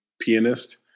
pianist